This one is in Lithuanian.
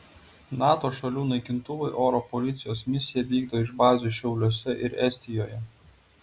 nato šalių naikintuvai oro policijos misiją vykdo iš bazių šiauliuose ir estijoje